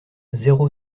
zéro